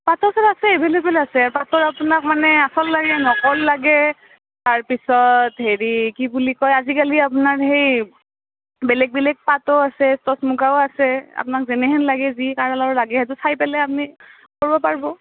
আছে আছে এভেইলএবল আছে পাতৰ আপোনাক মানে আচল লাগে নকল লাগে তাৰ পিছত হেৰি আজিকালি আপোনাৰ কি বুলি কয় বেলেগ বেলেগ পাতো আছে টচ মুগাও আছে আপনাক যেনেহেন লাগে যি কালাৰৰ লাগে চাই পেলাই আপনি কৰ্ব পাৰ্ব